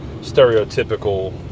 stereotypical